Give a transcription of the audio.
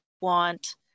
want